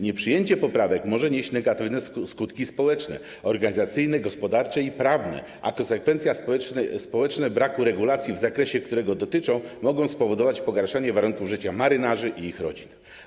Nieprzyjęcie poprawek może nieść negatywne skutki społeczne, organizacyjne, gospodarcze i prawne, a konsekwencje społeczne braku regulacji w zakresie, którego dotyczą, mogą spowodować pogorszenie warunków życia marynarzy i ich rodzin.